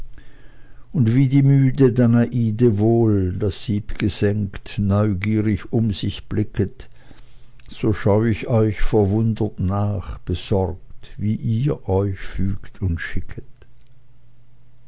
und wie die müde danaide wohl das sieb gesenkt neugierig um sich blicket so schau ich euch verwundert nach besorgt wie ihr euch fügt und schicket